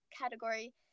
category